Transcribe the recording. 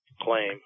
claim